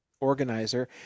organizer